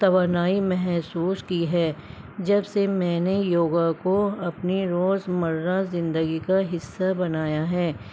توانائی محسوس کی ہے جب سے میں نے یوگا کو اپنی روزمرہ زندگی کا حصہ بنایا ہے